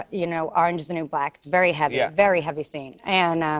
you know, orange is the new black is very heavy. ah very heavy scene. and